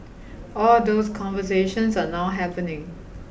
all those conversations are now happening